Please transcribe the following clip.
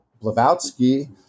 blavatsky